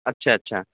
اچھا اچھا